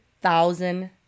thousand